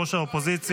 ראש האופוזיציה.